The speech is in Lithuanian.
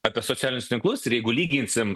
apie socialinius tinklus ir jeigu lyginsim